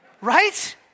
Right